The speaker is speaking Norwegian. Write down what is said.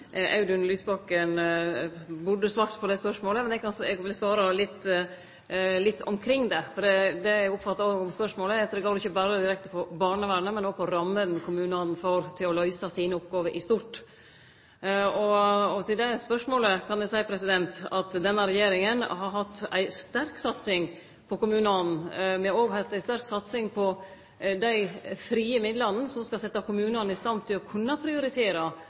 Audun Lysbakken burde svart på dette spørsmålet. Men eg vil svare litt omkring det, for eg oppfatta spørsmålet slik at det går ikkje berre direkte på barnevernet, men òg på rammene kommunane får til å løyse sine oppgåver i stort. Og til det spørsmålet kan eg seie at denne regjeringa har hatt ei sterk satsing på kommunane. Me har òg hatt ei sterk satsing på dei frie midlane, som skal setje kommunane i stand til å